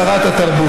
חיליק, חיליק.